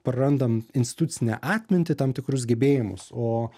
prarandam institucinę atmintį tam tikrus gebėjimus o